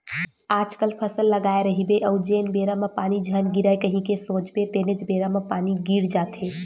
आजकल फसल लगाए रहिबे अउ जेन बेरा म पानी झन गिरय कही के सोचबे तेनेच बेरा म पानी गिर जाथे